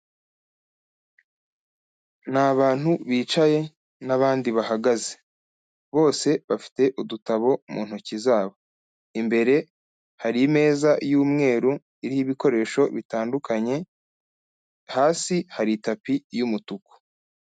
Ni abantu bicaye n'abandi bahagaze, bose bafite udutabo mu ntoki zabo, imbere hari imeza y'umweru iriho ibikoresho bitandukanye, hasi hari itapi y'umutuku.